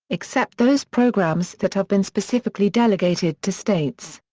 except those programs that have been specifically delegated to states.